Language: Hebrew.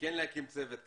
כן להקים צוות כזה,